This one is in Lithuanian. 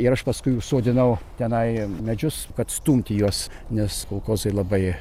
ir aš paskui užsodinau tenai medžius kad stumti juos nes kolkozai labai